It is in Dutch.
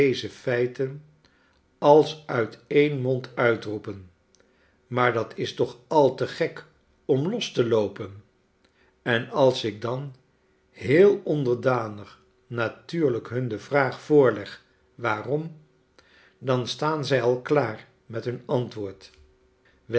deze feiten als uit een mond uitroepen maar dat is toch al te gek om los teloopen en als ik dan heel onderdanig natuurlijk hun de vraag voorleg waarom dan staan zij al klaar met hun antwoord